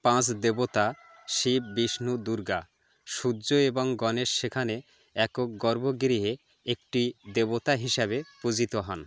পাঁচ দেবতা শিব বিষ্ণু দুর্গা সূর্য এবং গণেশ সেখানে একক গর্ভগৃহে একটি দেবতা হিসাবে পূজিত হন